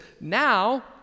now